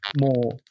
more